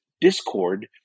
Discord